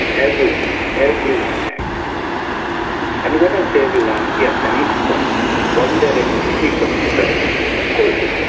everyone everyone actually and and when i say everyone yes, i need to qualify. wasn't there any critique of professor yunus? of course there was.